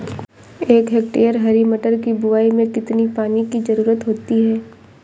एक हेक्टेयर हरी मटर की बुवाई में कितनी पानी की ज़रुरत होती है?